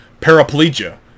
paraplegia